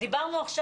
תודה רבה.